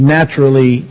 Naturally